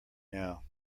now